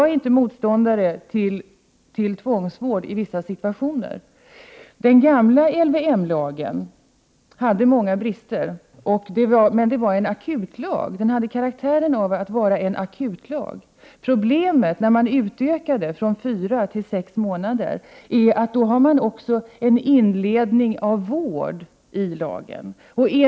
Jag är inte motståndare till 103 tvångsvård i vissa situationer. Den gamla LVM-lagen hade många brister, men den hade karaktären av akutlag. Problemet när man utökade den möjliga vårdtiden enligt LVM från fyra till sex månader är att man då också fick in inledningen av vården i den tid som omfattas av lagen.